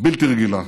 בלתי רגילה.